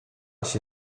się